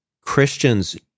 Christians